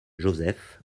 joseph